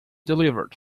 delivered